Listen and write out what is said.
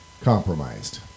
compromised